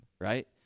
right